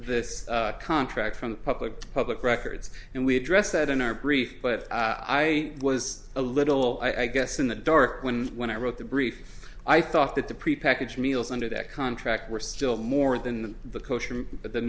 this contract from the public public records and we address that in our brief but i was a little i guess in the dark when when i wrote the brief i thought that the prepackaged meals under that contract were still more than the coach